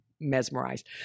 mesmerized